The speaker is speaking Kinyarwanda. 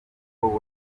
kuko